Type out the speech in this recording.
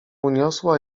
uniosła